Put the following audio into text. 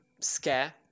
scare